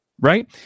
right